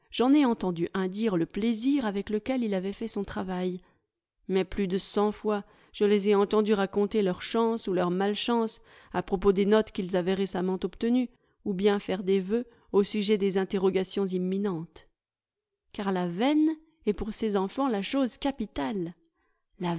j'en ai entendu un dire le plaisir avec lequel il avait fait son travail mais plus de cent fois je les ai entendus raconter leur chance ou leur malchance à propos des notes qu'ils avaient récemment obtenues ou bien faire des vœux au sujet des interrogations imminentes car la veine est pour ces enfants la chose capitale